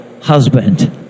husband